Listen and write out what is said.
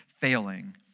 failing